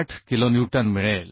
78 kilonewton मिळेल